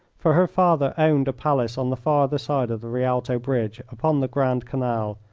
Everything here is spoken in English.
for her father owned a palace on the farther side of the rialto bridge upon the grand canal,